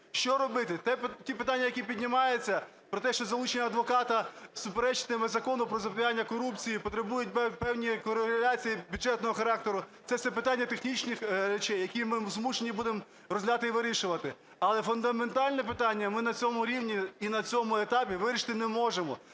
Що робити? Ті питання, які піднімають про те, що залучення адвоката суперечитиме Закону про запобігання корупції, потребуватиме певній кореляції бюджетного характеру, це все питання технічних речей, які ми змушені будемо розглядати і вирішувати. Але фундаментальне питання ми на цьому рівні і на цьому етапі вирішити не може.